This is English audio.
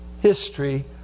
history